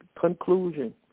conclusion